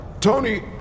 Tony